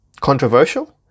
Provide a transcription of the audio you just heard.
controversial